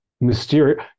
mysterious